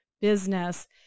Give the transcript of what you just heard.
business